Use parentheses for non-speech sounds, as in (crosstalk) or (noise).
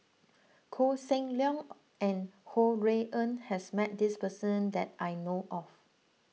Koh Seng Leong (noise) and Ho Rui An has met this person that I know of